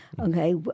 okay